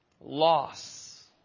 loss